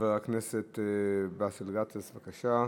חבר הכנסת באסל גטאס, בבקשה.